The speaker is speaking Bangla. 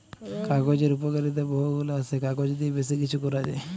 কাগজের উপকারিতা বহু গুলা আসে, কাগজ দিয়ে বেশি কিছু করা যায়